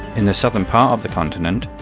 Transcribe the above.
in the southern part of the continent,